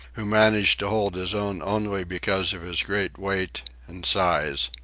who managed to hold his own only because of his great weight and size.